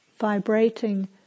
vibrating